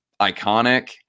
iconic